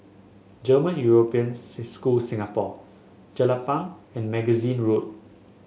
German European School Singapore Jelapang and Magazine Road